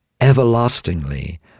everlastingly